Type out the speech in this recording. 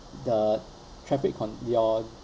the traffic on your